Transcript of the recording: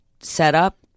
setup